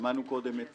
שמענו קודם את